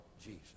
Jesus